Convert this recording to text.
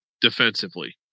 defensively